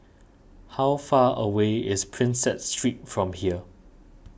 how far away is Prinsep Street from here